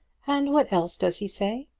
and what else does he say?